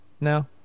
No